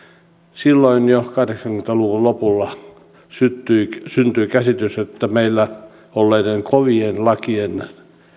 silloin jo kahdeksankymmentä luvun lopulla syntyi syntyi käsitys että meillä olleiden kovien lakien